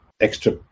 Extra